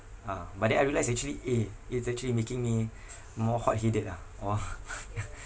ah but then I realised actually eh it's actually making me more hot-headed ah orh